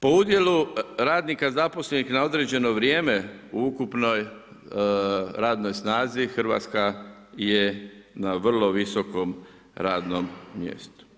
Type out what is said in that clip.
Po udjelu radnika zaposlenih na određeno vrijeme u ukupnoj radnoj snazi, Hrvatska je na vrlo visokom radnom mjestu.